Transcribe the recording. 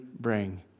bring